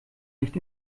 nicht